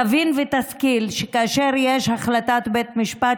תבין ותשכיל שכאשר יש החלטת בית משפט,